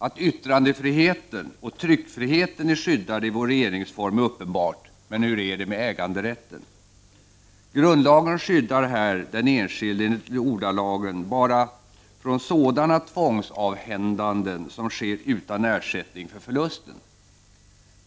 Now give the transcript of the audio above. Att yttrandefriheten och tryckfriheten är skyddade i vår regeringsform är uppenbart, men hur är det med äganderätten? Grundlagen skyddar här den enskilde enligt ordalagen bara från sådana tvångsavhändanden som sker utan ersättning för förlusten.